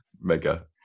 Mega